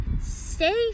safe